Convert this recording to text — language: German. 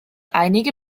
einige